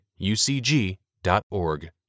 ucg.org